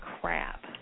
crap